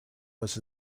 was